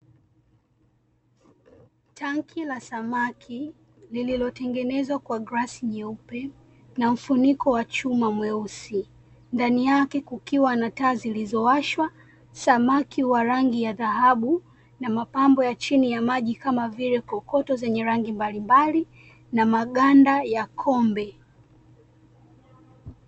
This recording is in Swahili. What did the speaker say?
Tanki la samaki lililotengenezwa kwa glasi nyeupe, na mfuniko wa chuma mweusi. Ndani yake kukiwa na taa zilizowashwa, samaki wa rangi ya dhahabu na mapambo ya chini ya maji kama vile kokoto zenye rangi mbalimbali, na maganda ya kombe.